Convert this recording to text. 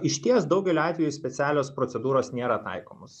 išties daugeliu atvejų specialios procedūros nėra taikomos